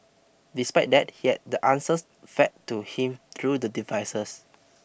despite that he had the answers fed to him through the devices